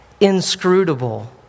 inscrutable